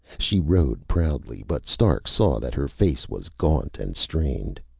she rode proudly, but stark saw that her face was gaunt and strained.